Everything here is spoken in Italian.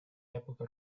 epoca